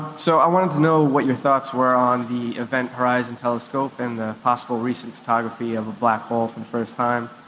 so i wanted to know what your thoughts were on the event horizon telescope and the possible recent photography of a black hole for the first time.